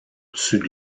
dessus